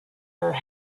her